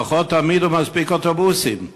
לפחות תעמידו מספיק אוטובוסים.